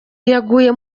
yaguye